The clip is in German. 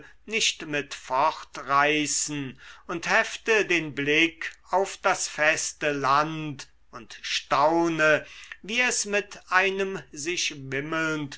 nicht mit fortreißen und hefte den blick auf das feste land und staune wie es mit einem sich wimmelnd